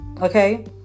okay